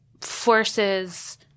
forces